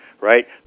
right